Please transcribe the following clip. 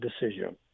decision